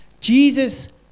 Jesus